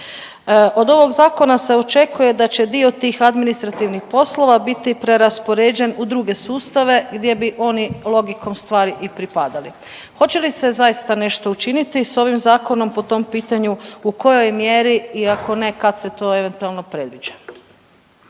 Od ovog zakona se očekuje da će dio tih administrativnih poslova biti preraspoređen u druge sustave gdje bi oni logikom stvari i pripadali. Hoće li se zaista nešto učinit s ovim zakonom po tom pitanju, u kojoj mjeri i ako ne kad se to eventualno predviđa?